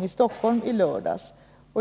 vid Stockholm i lördags.